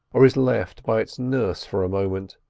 or is left by its nurse for a moment,